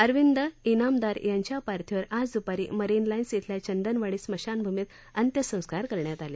अरविंद इनामदार यांच्या पार्थिवावर आज द्रपारी मरीन लाईन्स इथल्या चंदनवाडी स्मशानभूमीत अंत्यसंस्कार करण्यात आले